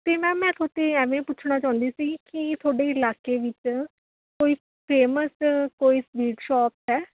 ਤੇ ਮੈਮ ਮੈਂ ਤੁਹਾਡੇ ਤੋਂ ਇਹ ਵੀ ਪੁੱਛਣਾ ਚਾਹੁੰਦੀ ਸੀ ਕੀ ਤੁਹਾਡੇ ਇਲਾਕੇ ਵਿੱਚ ਕੋਈ ਫ਼ੇਮਸ ਕੋਈ ਸਵੀਟ ਸ਼ਾਪ ਹੈ